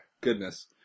Goodness